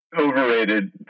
Overrated